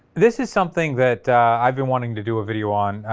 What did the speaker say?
this is something that i've been wanting to do a video on,